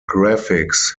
graphics